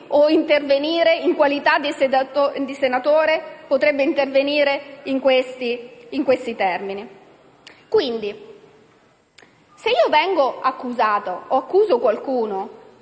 o intervenire in qualità di senatori o di intervenire in questi termini. Quindi, se vengo accusato o accuso qualcuno,